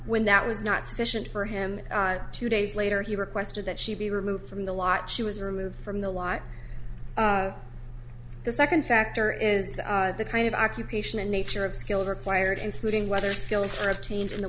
when that was not sufficient for him two days later he requested that she be removed from the lot she was removed from the lot the second factor is the kind of occupation and nature of skills required including whether skills are obtained in the